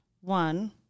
One